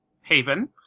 Haven